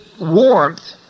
warmth